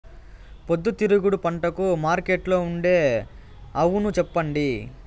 పొద్దుతిరుగుడు పంటకు మార్కెట్లో ఉండే అవును చెప్పండి?